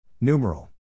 Numeral